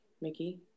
Mickey